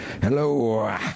hello